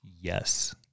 yes